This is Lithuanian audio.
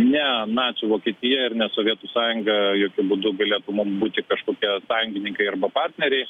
ne nacių vokietija ir ne sovietų sąjunga jokiu būdu galėtų mum būti kažkokie sąjungininkai arba partneriai